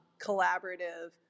Collaborative